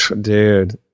dude